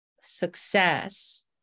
success